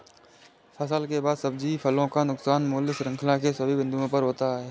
फसल के बाद सब्जियों फलों का नुकसान मूल्य श्रृंखला के सभी बिंदुओं पर होता है